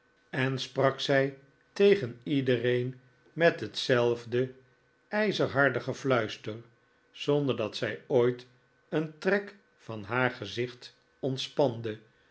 en sprak zij tegen iedereen met hetzelfde ijzerharde gefluister zonder dat zij ooit een trek van haar gezicht ontspande